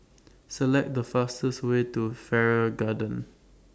Select The fastest Way to Farrer Garden